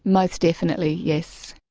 most definitely, yes.